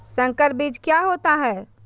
संकर बीज क्या होता है?